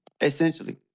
essentially